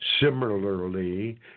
similarly